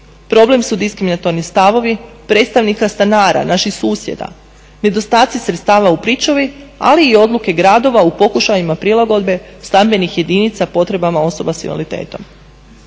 Problem su diskriminatorni stavovi predstavnika stanara, naših susjeda, nedostaci sredstava u pričuvi, ali i odluke gradova u pokušajima prilagodbe stambenih jedinica potrebama osoba s invaliditetom.